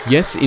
Yes